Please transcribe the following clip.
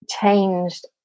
changed